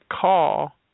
call